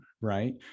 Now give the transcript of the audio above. right